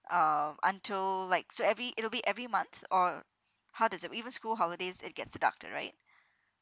uh until like so every it'll be every month or how does it even school holidays it gets deducted right